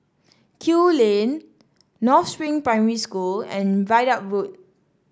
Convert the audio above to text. Kew Lane North Spring Primary School and Ridout Road